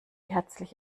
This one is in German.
herzlich